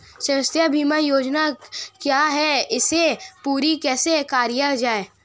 स्वास्थ्य बीमा योजना क्या है इसे पूरी कैसे कराया जाए?